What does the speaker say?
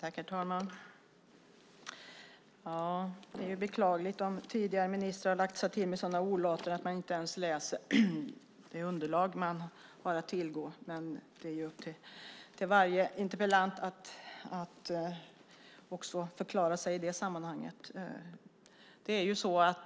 Herr talman! Det är beklagligt om tidigare ministrar har lagt sig till med sådana olater att de inte ens läser det underlag som finns att tillgå. Men det är upp till varje interpellant att förklara sig i det sammanhanget.